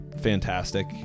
fantastic